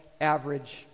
average